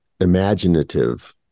imaginative